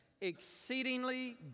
exceedingly